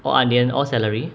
or onion or celery